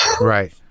right